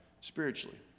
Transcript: spiritually